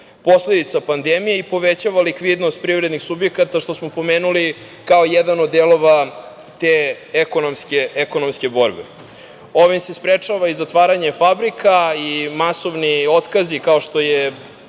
posledica pandemije i povećava likvidnost privredih subjekata, što smo pomenuli kao jedan od delova te ekonomske borbe. Ovim se sprečava i zatvaranje fabrika, ali i masovni otkazi, kao što je